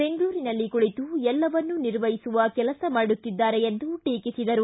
ಬೆಂಗಳೂರಿನಲ್ಲಿ ಕುಳಿತು ಎಲ್ಲವನ್ನು ನಿರ್ವಹಿಸುವ ಕೆಲಸ ಮಾಡುತ್ತಿದ್ದಾರೆ ಎಂದು ದೂರಿದರು